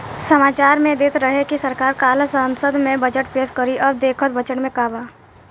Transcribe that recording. सामाचार में देत रहे की सरकार काल्ह संसद में बजट पेस करी अब देखऽ बजट में का बा